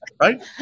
right